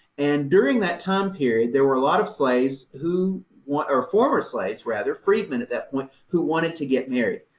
and during that time period, there were a lot of slaves who want. or former slaves, rather, freedmen at that point, who wanted to get married.